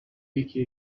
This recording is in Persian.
یکی